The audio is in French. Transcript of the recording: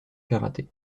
karaté